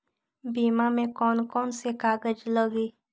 बीमा में कौन कौन से कागज लगी?